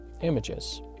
images